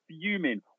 fuming